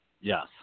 Yes